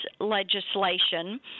legislation